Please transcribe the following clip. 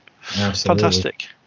fantastic